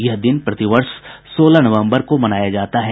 यह दिन प्रतिवर्ष सोलह नवम्बर को मनाया जाता है